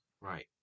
Right